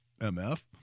MF